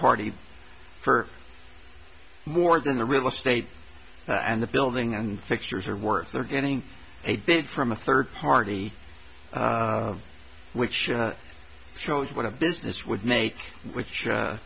party for more than the real estate and the building and fixtures are worth they're getting a bid from a third party which shows what a business would make which